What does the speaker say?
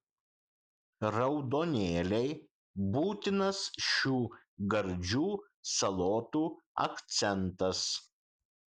raudonėliai būtinas šių gardžių salotų akcentas